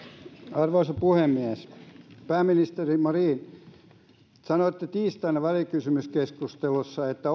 arvoisa puhemies pääministeri marin sanoitte tiistaina välikysymyskeskustelussa että